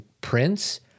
prince